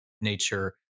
nature